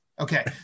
Okay